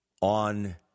on